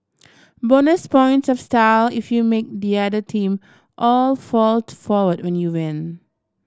bonus points of style if you make the other team all fall forward when you win